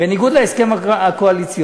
בניגוד להסכם הקואליציוני,